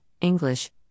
English